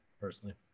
personally